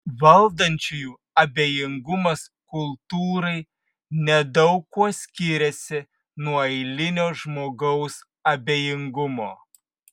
valdančiųjų abejingumas kultūrai nedaug kuo skiriasi nuo eilinio žmogaus abejingumo